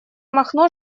махно